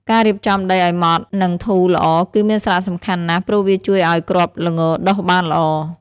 ការរៀបចំដីឲ្យម៉ត់និងធូរល្អ គឺមានសារៈសំខាន់ណាស់ ព្រោះវាជួយឲ្យគ្រាប់ល្ងដុះបានល្អ។